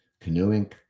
canoeing